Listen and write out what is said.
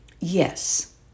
Yes